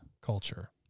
culture